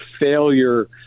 failure